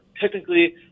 technically